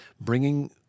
bringing